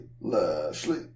Lashley